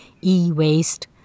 e-waste